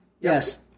Yes